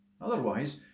Otherwise